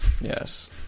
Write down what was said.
yes